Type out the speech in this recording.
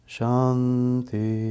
Shanti